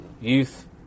youth